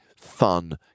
fun